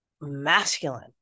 masculine